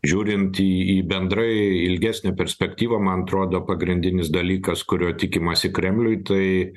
žiūrint į į bendrai ilgesnę perspektyvą man atrodo pagrindinis dalykas kurio tikimasi kremliuj tai